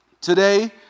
Today